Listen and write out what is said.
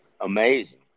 amazing